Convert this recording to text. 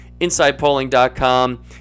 insidepolling.com